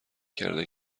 کرده